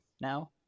now